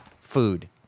food